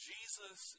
Jesus